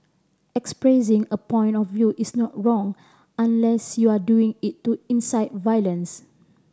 expressing a point of view is not wrong unless you're doing it to incite violence